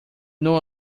know